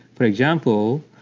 for example,